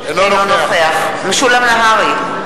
אינו נוכח משולם נהרי,